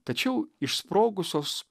tačiau išsprogusios